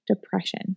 depression